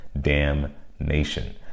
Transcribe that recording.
damnation